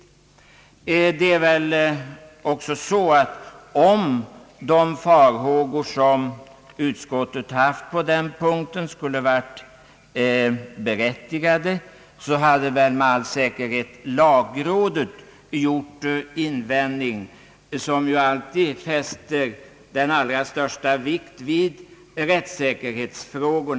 Om utskottets farhågor på den punkten hade varit berättigade, skulle med all säkerhet lagrådet ha gjort invändningar, eftersom rådet alltid fäster den allra största vikt vid rättssäkerhetsfrågor.